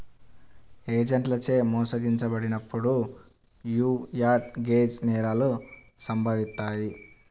ఏజెంట్లచే మోసగించబడినప్పుడు యీ మార్ట్ గేజ్ నేరాలు సంభవిత్తాయి